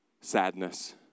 sadness